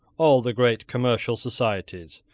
all the great commercial societies,